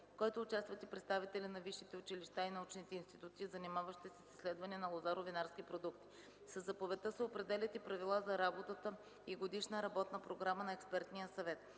в който участват и представители на висшите училища и научните институти, занимаващи се с изследвания на лозаро-винарски продукти. Със заповедта се определят и правила за работата, и годишна работна програма на експертния съвет.